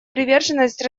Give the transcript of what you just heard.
приверженность